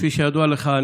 כפי שידוע לך,